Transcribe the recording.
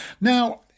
Now